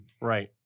Right